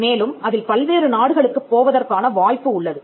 மேலும் அதில் பல்வேறு நாடுகளுக்குப் போவதற்கான வாய்ப்பு உள்ளது